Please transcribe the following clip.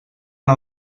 una